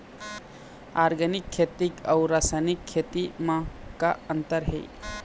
Organic खेती अउ रासायनिक खेती म का अंतर हे?